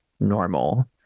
normal